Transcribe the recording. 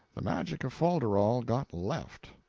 the magic of fol-de-rol got left.